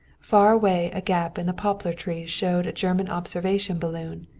far away a gap in the poplar trees showed a german observation balloon,